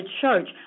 church